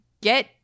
get